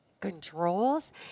controls